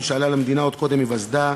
הרב פיינשטיין הגיב לאותו רב מבוסטון